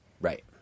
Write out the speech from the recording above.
Right